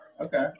okay